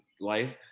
life